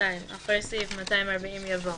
(2)אחרי סעיף 240 יבוא: